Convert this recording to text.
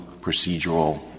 procedural